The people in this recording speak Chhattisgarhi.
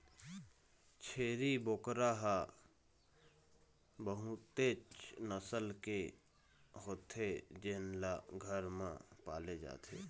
छेरी बोकरा ह बहुतेच नसल के होथे जेन ल घर म पाले जाथे